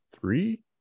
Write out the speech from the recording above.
three